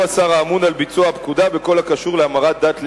הוא השר האמון על ביצוע הפקודה בכל הקשור להמרת דת ליהדות.